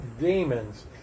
demons